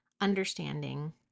understanding